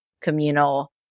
communal